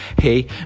hey